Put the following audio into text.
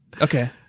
Okay